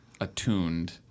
attuned